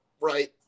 right